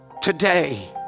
today